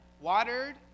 watered